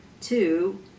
two